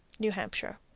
new hampshire.